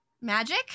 Magic